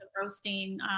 roasting